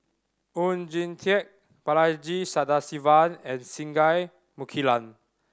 Oon Jin Teik Balaji Sadasivan and Singai Mukilan